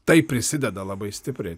tai prisideda labai stipriai